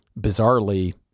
bizarrely